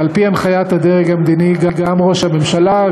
ועל-פי הנחיית הדרג המדיני גם ראש הממשלה,